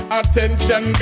attention